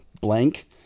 blank